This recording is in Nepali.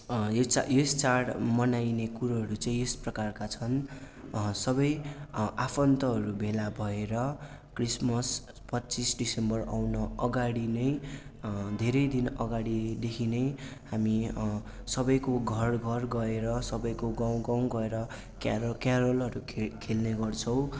यस च यस चाड मनाइने कुरोहरू चाहिँ यस प्रकारका छन् सबै आफन्तहरू भेला भएर क्रिसमस पच्चिस डिसेम्बर आउन अगाडि नै धेरै दिन अगाडिदेखि नै हामी सबैको घर घर गएर सबैको गाउँ गाउँ गएर क्यारल क्यारलहरू खे खेल्ने गर्छौँ